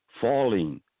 falling